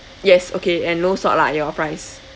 yes okay and no salt lah your fries